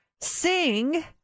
Sing